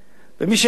מי שאין לו רכב,